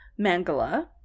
Mangala